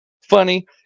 funny